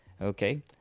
Okay